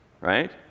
right